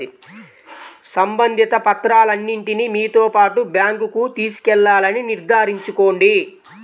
సంబంధిత పత్రాలన్నింటిని మీతో పాటు బ్యాంకుకు తీసుకెళ్లాలని నిర్ధారించుకోండి